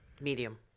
medium